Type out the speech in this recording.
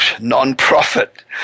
non-profit